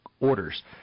orders